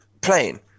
plane